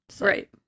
Right